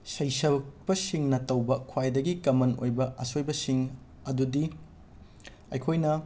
ꯁꯩꯁꯛꯄꯁꯤꯡꯅ ꯇꯧꯕ ꯈ꯭ꯋꯥꯏꯗꯒꯤ ꯀꯝꯃꯟ ꯑꯣꯏꯕ ꯑꯁꯣꯏꯕꯁꯤꯡ ꯑꯗꯨꯗꯤ ꯑꯩꯈꯣꯏꯅ